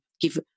give